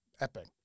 epic